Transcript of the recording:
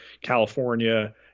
California